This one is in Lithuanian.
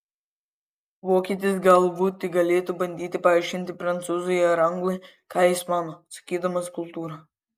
vokietis galbūt tik galėtų bandyti paaiškinti prancūzui ar anglui ką jis mano sakydamas kultūra